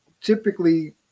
typically